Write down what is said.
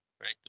right